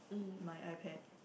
my iPad